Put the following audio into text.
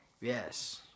Yes